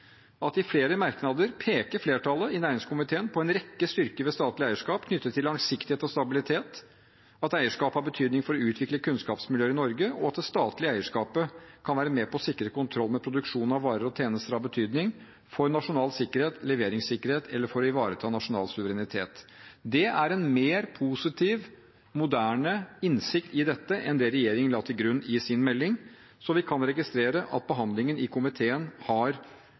at flertallet i næringskomiteen i flere merknader peker på en rekke styrker ved statlig eierskap knyttet til langsiktighet og stabilitet, at eierskap har betydning for å utvikle kunnskapsmiljøer i Norge, og at det statlige eierskapet kan være med på å sikre kontroll med produksjon av varer og tjenester av betydning for nasjonal sikkerhet, leveringssikkerhet eller for å ivareta nasjonal suverenitet. Det er en mer positiv, moderne innsikt i dette enn det regjeringen la til grunn i sin melding, så vi kan vel registrere at behandlingen i komiteen har endret perspektivet – pluss at vi igjen har